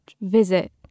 visit